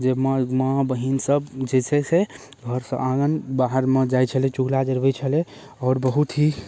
जाहिमे माँ माँ बहिन सब जे छै से घरसँ आङ्गन बाहरमे जाइत छलै चुगला जरबैत छलै आओर बहुत ही